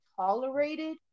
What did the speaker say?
tolerated